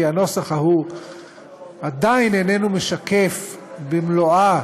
כי הנוסח ההוא עדיין איננו משקף במלואה